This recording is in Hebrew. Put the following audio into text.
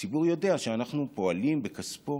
והציבור יודע שאנחנו פועלים בכספו